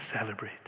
celebrate